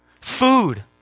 Food